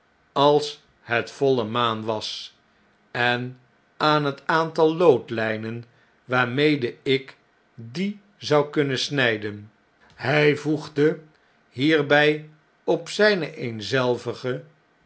als het voile maan was en aan het aantal loodlijnen waarmede ik die zou kunnen snijden hjj voegde hierbij op zijne eenzelvige